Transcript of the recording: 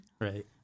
Right